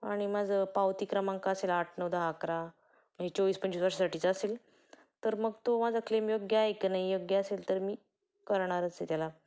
आणि माझं पावती क्रमांक असेल आठ नऊ दहा अकरा आणि चोवीस पंचवीस वर्षासाठीचा असेल तर मग तो माझा क्लेम योग्य आहे का नाही योग्य असेल तर मी करणारच आहे त्याला